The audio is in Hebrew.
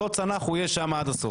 לא צנח הוא יהיה שמה עד הסוף.